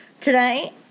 tonight